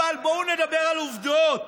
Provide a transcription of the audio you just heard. אבל בואו נדבר על עובדות.